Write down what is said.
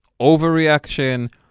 overreaction